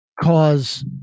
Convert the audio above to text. cause